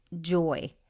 joy